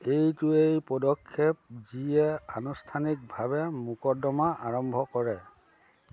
এইটোৱেই পদক্ষেপ যিয়ে আনুষ্ঠানিকভাৱে মোকৰ্দমা আৰম্ভ কৰে